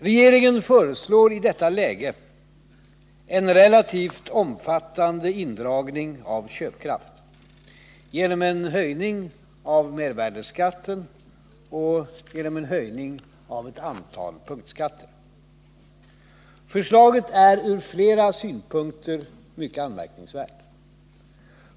Regeringen föreslår i detta läge en relativt omfattande indragning av köpkraft genom en höjning av mervärdeskatten och ett antal punktskatter. Förslaget är från flera synpunkter mycket anmärkningsvärt.